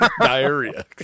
Diarrhea